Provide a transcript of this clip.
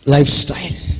Lifestyle